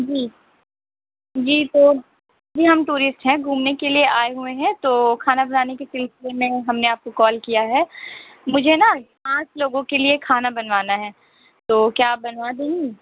جی جی تو جی ہم ٹورسٹ ہیں گھومنے کے لیے آئے ہوئے ہیں تو کھانا بنانے کے سلسلے میں ہم نے آپ کو کال کیا ہے مجھے نا پانچ لوگوں کے لیے کھانا بنوانا ہے تو کیا آپ بنوا دیں گی